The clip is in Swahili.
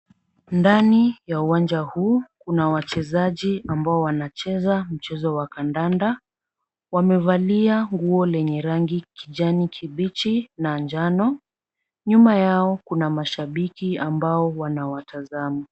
Ndani ya uwanja huu kuna wachezaji ambao wanacheza mchezo wa kandanda. Wamevalia nguo lenye rangi kijani kibichi na njano. Nyuma yao kuna mashabiki ambao wanawatazama.